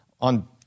on